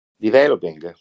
developing